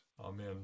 Amen